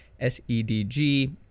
S-E-D-G